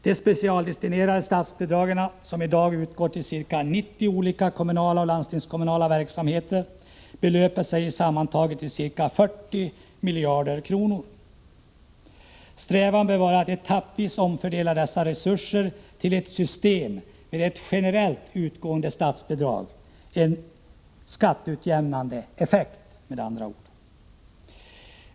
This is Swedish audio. De specialdestinerade statsbidragen som i dag utgår till ca 90 olika kommunala och landstingskommunala verksamheter belöper sig sammantaget till ca 40 miljarder kronor. Strävan bör vara att etappvis omfördela dessa resurser till ett system med ett generellt utgående statsbidrag — en skatteutjämnande effekt med andra ord.